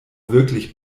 wirklich